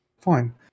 fine